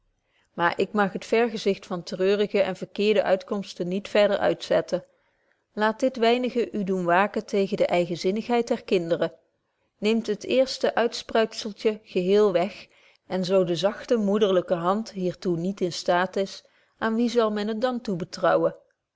maar ik mag het vergezicht van treurige en verkeerde uitkomsten niet verder uitzetten laat dit weinige u doen waken tegen de eigenzinnigheid der kinderen neemt het eerste uitspruitzeltje geheel weg en zo de zachte moederlyke hand hier toe niet in staat is aan wie zal men het dan